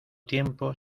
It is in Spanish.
tiempo